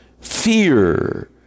fear